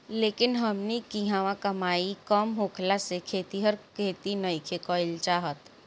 लेकिन हमनी किहाँ कमाई कम होखला से खेतिहर खेती नइखे कईल चाहत